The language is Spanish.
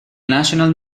national